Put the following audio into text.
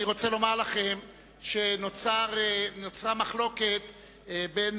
אני רוצה לומר לכם שנוצרה מחלוקת בין